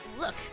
look